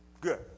good